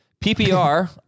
PPR